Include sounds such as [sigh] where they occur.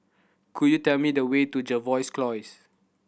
could you tell me the way to Jervois [unintelligible]